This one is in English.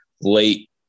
late